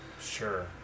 Sure